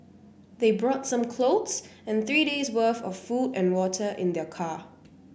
they brought some clothes and three days' worth of food and water in their car